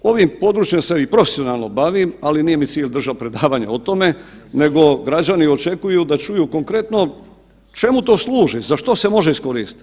Ovim područjem se i profesionalno bavim, ali nije mi cilj držat predavanje o tome, nego građani očekuju da čuju konkretno čemu to služi, za što se može iskoristit.